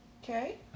Okay